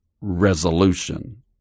resolution